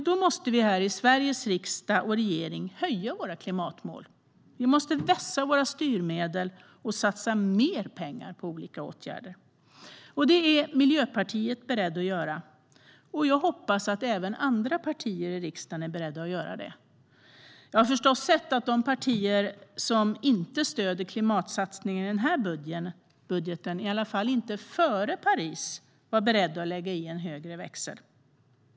Då måste vi här i Sveriges riksdag och i regeringen höja våra klimatmål, vässa våra styrmedel och satsa mer pengar på olika åtgärder. Det är Miljöpartiet berett att göra. Jag hoppas att även andra partier i riksdagen är beredda att göra det. Jag har förstås sett att de partier som inte stöder klimatsatsningarna i den här budgeten var, åtminstone före Paris, inte beredda att lägga i en högre växel.